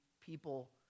people